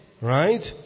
Right